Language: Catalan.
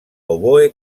oboè